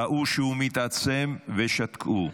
ראו שהוא מתעצם ושתקו,